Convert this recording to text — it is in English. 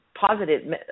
positive